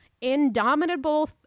Indomitable